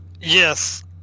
yes